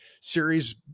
series